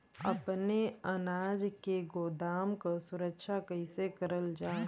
अपने अनाज के गोदाम क सुरक्षा कइसे करल जा?